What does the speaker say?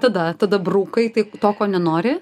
tada tada braukai tai to ko nenori